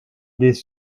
des